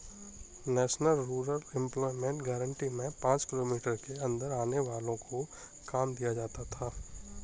national rural employment guarantee में पांच kilometre के अंदर आने वालो को काम दिया जाता था